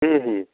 ହୁଁ ହୁଁ